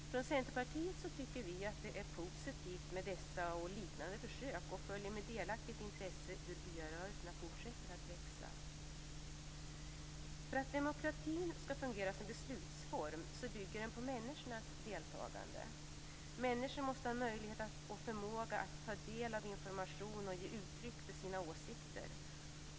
Vi i Centerpartiet tycker att det är positivt med dessa och liknande försök, och vi följer med delaktigt intresse hur byarörelserna fortsätter att växa. För att demokratin skall fungera som beslutsform bygger den på människornas deltagande. Människor måste ha möjlighet och förmåga att ta del av information och ge uttryck för sina åsikter.